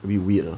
a bit weird